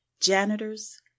janitors